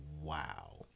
wow